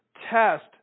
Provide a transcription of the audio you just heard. test